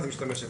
היא תשתמש.